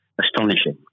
astonishing